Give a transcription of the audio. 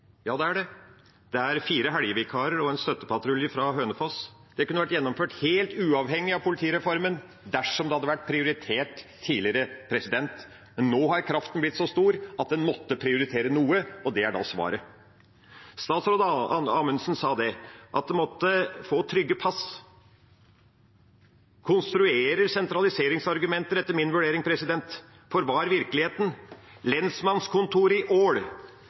Ja, det er det. Det er fire helgevikarer og en støttepatrulje fra Hønefoss. Det kunne vært gjennomført helt uavhengig av politireformen dersom det hadde vært prioritert tidligere. Men nå har kraften blitt så stor at en måtte prioritere noe, og det er da svaret. Statsråd Amundsen sa at en måtte få trygge pass. Man konstruerer sentraliseringsargumenter, etter min vurdering – for hva er virkeligheten? Lensmannskontoret i Ål